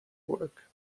work